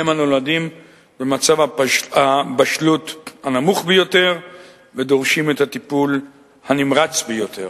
נולדים במצב הבשלות הנמוך ביותר ודורשים את הטיפול הנמרץ ביותר.